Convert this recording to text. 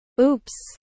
Oops